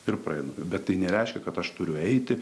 ir praeina bet tai nereiškia kad aš turiu eiti